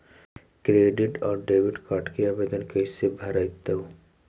Credit और debit card के आवेदन कैसे भरैतैय?